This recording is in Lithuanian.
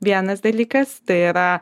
vienas dalykas tai yra